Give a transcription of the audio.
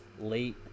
late